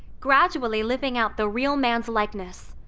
gradually living out the real man's likeness.